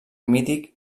mític